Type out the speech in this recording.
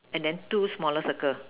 and then two smaller circle